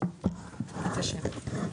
מה הבעיה?